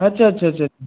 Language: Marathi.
अच्छा अच्छा अच्छा अच्छा